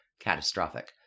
catastrophic